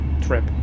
trip